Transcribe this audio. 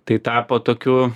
tai tapo tokiu